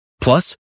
Plus